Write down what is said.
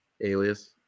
Alias